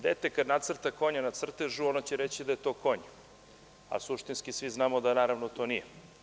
Dete kada nacrta konja na crtežu, ono će reći da je to konj, a suštinski svi znamo da naravno to nije.